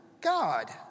God